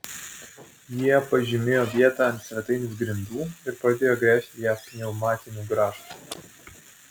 jie pažymėjo vietą ant svetainės grindų ir pradėjo gręžti ją pneumatiniu grąžtu